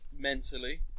Mentally